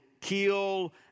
kill